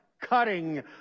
cutting